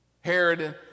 herod